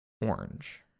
orange